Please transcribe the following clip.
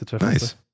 nice